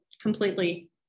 completely